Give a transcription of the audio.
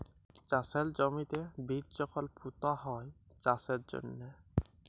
চাষের জমিতে বীজ যখল পুঁতা হ্যয় চাষের জ্যনহে